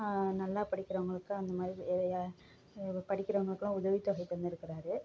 நல்லா படிக்கிறவங்களுக்கு அந்த மாதிரி தேவை படிக்கிறவங்களுக்கலாம் உதவித்தொகை தந்துருக்கிறாரு